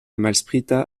malsprita